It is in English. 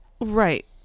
right